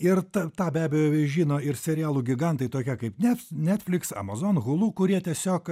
ir ta tą be abejo žino ir serialų gigantai tokie kaip nef netfliks amazon hulu kurie tiesiog